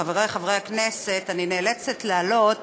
חברי חברי הכנסת, אני נאלצת לעלות